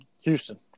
Houston